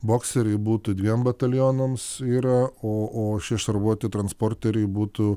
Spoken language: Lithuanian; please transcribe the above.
bokseriai būtų dviem batalionams yra o o šie šarvuoti transporteriai būtų